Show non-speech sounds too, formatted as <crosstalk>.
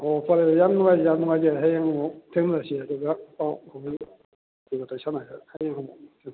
ꯑꯣ ꯐꯔꯦ ꯌꯥꯝ ꯅꯨꯡꯉꯥꯏꯔꯦ ꯌꯥꯝ ꯅꯨꯡꯉꯥꯏꯖꯔꯦ ꯍꯌꯦꯡ ꯑꯃꯨꯛ ꯊꯦꯡꯅꯔꯁꯤ ꯑꯗꯨꯒ ꯄꯥꯎ ꯐꯥꯎꯕꯤꯔꯛꯑꯣ ꯋꯥꯔꯤ ꯋꯇꯥꯏ ꯁꯥꯟꯅꯔꯒ <unintelligible>